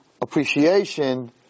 appreciation